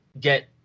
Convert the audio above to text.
get